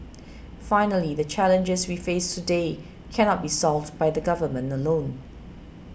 finally the challenges we face today cannot be solved by the Government alone